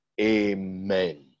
Amen